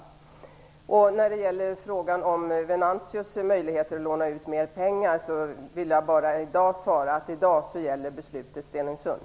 När det gäller frågan om Venantius möjligheter att låna ut mer pengar vill jag i dag bara svara att beslutet i dag gäller Stenungsund.